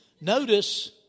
Notice